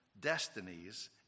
destinies